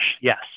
yes